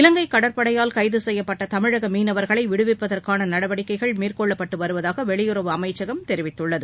இலங்கை கடற்படையால் கைது செய்யப்பட்ட தமிழக மீனவர்களை விடுவிப்பதற்கான நடவடிக்கைகள் மேற்கொள்ளப்பட்டு வருவதாக வெளியுறவு அமைச்சகம் தெரிவித்துள்ளது